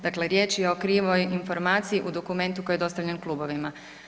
Dakle riječ je o krivoj informaciji u dokumentu koji je dostavljen klubovima.